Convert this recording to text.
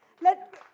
Let